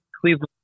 Cleveland